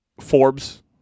Forbes